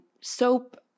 soap